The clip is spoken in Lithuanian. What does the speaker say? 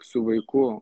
su vaiku